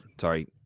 sorry